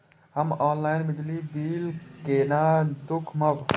हम ऑनलाईन बिजली बील केना दूखमब?